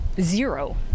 zero